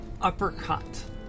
uppercut